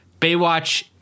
Baywatch